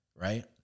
Right